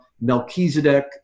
Melchizedek